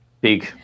Big